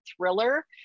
thriller